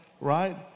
right